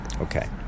Okay